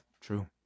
true